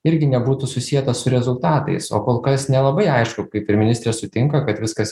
irgi nebūtų susietas su rezultatais o kol kas nelabai aišku kaip ir ministrė sutinka kad viskas